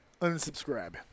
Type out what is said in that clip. Unsubscribe